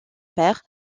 père